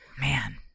Man